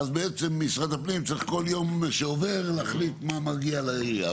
ואז בעצם משרד הפנים צריך בכל יום שעובר להחליט מה מגיע לעירייה?